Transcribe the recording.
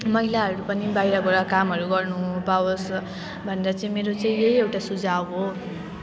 महिलाहरू पनि बाहिर गएर कामहरू गर्नु पाओस् भनेर चाहिँ मेरो चाहिँ यही एउटा सुझाउ हो